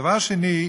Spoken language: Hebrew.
דבר שני,